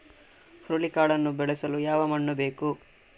ಹುರುಳಿಕಾಳನ್ನು ಬೆಳೆಸಲು ಯಾವ ಮಣ್ಣು ಬೇಕು?